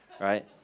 right